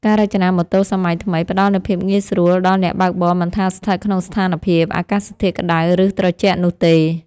ការរចនាម៉ូតូសម័យថ្មីផ្តល់នូវភាពងាយស្រួលដល់អ្នកបើកបរមិនថាស្ថិតក្នុងស្ថានភាពអាកាសធាតុក្តៅឬត្រជាក់នោះទេ។